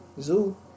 Zoo